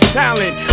talent